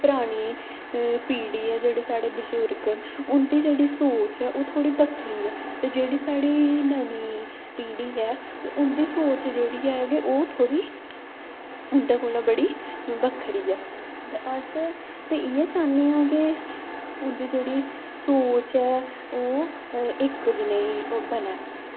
परानी पीढ़ी ऐ जेह्ड़े साढ़े बजुर्ग न उं'दी जेह्ड़ी सोच ऐ ओह् थोह्ड़ी बक्खरी ऐ ते जेह्ड़ी साढ़ी नमीं पीढ़ी ऐ उं'दी सोच जेह्ड़ी ऐ ते ओह् थोह्ड़ी उं'दे कोला बड़ी बक्खरी ऐ ते अस ते इ'यै चाह्न्ने आं के उं'दी जेह्ड़ी सोच ऐ ओह् इक जनेही बनै